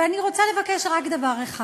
ואני רוצה לבקש רק דבר אחד.